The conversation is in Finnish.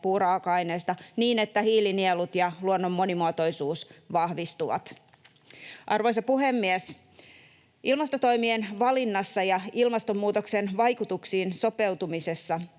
puuraaka-aineesta, niin että hiilinielut ja luonnon monimuotoisuus vahvistuvat. Arvoisa puhemies! Ilmastotoimien valinnassa ja ilmastonmuutoksen vaikutuksiin sopeutumisessa